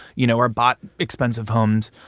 you know, are bought expensive homes,